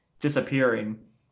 disappearing